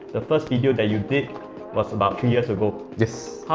the first video that you did was about three years ago. yes.